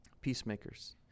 Peacemakers